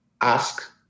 ask